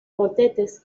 motetes